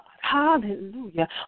hallelujah